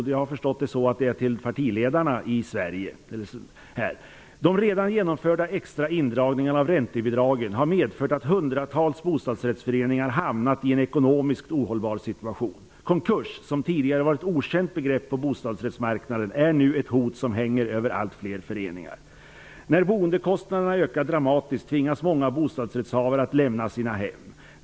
SBC skriver så här till partiledarna i Sverige: ''De redan genomförda extra indragningarna av räntebidragen har medfört att hundratals bostadsrättsföreningar hamnat i en ekonomiskt ohållbar situation. Konkurs, som tidigare var ett okänt begrepp på bostadsrättsmarknaden, är nu ett hot som hänger över allt fler föreningar. När boendekostnaderna ökar dramatiskt tvingas många bostadsrättshavare att lämna sina hem.